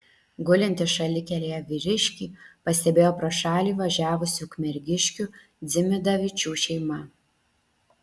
gulintį šalikelėje vyriškį pastebėjo pro šalį važiavusi ukmergiškių dzimidavičių šeima